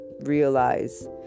realize